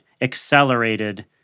accelerated